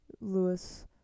Lewis